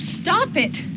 stop it.